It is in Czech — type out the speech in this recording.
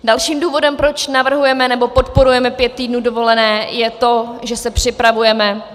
Dalším důvodem, proč navrhujeme nebo podporujeme pět týdnů dovolené, je to, že se připravujeme...